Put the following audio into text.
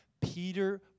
Peter